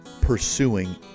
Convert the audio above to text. pursuing